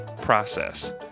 process